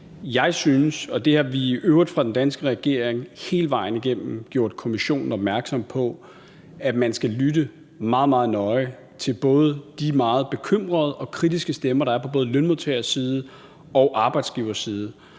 jeg synes – og det har vi i øvrigt fra den danske regerings side hele vejen igennem gjort Kommissionen opmærksom på – at man skal lytte meget, meget nøje til både de meget bekymrede og kritiske stemmer, der er på både lønmodtagerside og arbejdsgiverside.